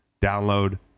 Download